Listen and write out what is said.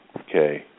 okay